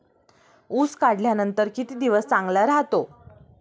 ऊस काढल्यानंतर किती दिवस चांगला राहतो?